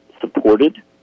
supported